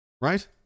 right